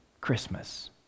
Christmas